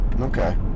Okay